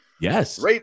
yes